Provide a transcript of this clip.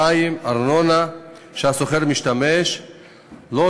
המים והארנונה שהשוכר משתמש בהם,